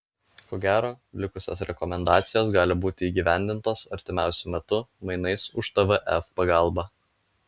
ko gero likusios rekomendacijos gali būti įgyvendintos artimiausiu metu mainais už tvf pagalbą